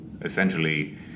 essentially